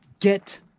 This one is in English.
get